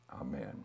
amen